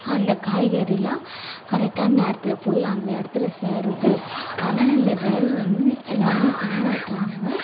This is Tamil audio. அந்த காய்கறிலாம் கரெக்டான நேரத்தில் போய் அந்த இடத்துல சேருது அதனால் இந்த ட்ரைவர் வந்து எல்லோருமே பாராட்டுறாங்க